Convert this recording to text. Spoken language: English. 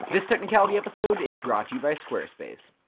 this technicality episode is brought to you by squarespace.